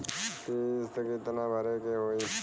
किस्त कितना भरे के होइ?